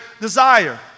desire